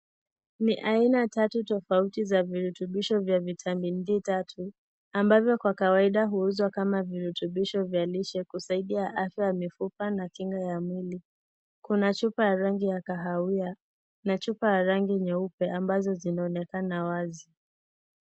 Ni aina tatu tofauti za virutubisho vya Vitamin 3D ambavyo kwa kawaida huuzwa kama virutubisho vya lishe kusaidia afya ya mifupa na kinga ya mwili. Kuna chupa ya rangi ya kahawia na chupa ya rangi nyeupe ambazo zinaonekana wazi.